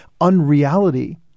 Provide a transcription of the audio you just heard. unreality